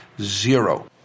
zero